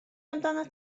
amdanat